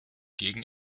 gegen